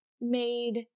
made